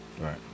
Right